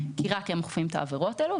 כי רק הם אוכפים את העבירות הללו.